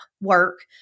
work